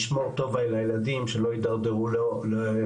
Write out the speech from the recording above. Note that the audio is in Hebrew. לשמור טוב על הילדים שלא יתדרדרו לפשע,